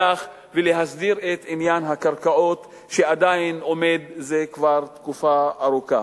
ולהסדיר את עניין הקרקעות שעומד כבר תקופה ארוכה.